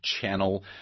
channel